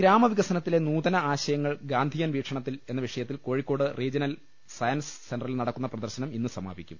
ഗ്രാമവികസനത്തിലെ നൂതന ആശയങ്ങൾ ഗാന്ധിയൻ വീക്ഷ ണത്തിൽ എന്ന വിഷയത്തിൽ കോഴിക്കോട് റീജ്യണൽ സയൻസ് സെന്ററിൽ നടക്കുന്ന പ്രദർശനംഇന്ന് സമാപിക്കും